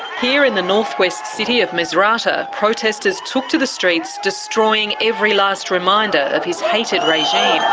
here in the northwest city of misurata, protestors took to the streets destroying every last reminder of his hated regime.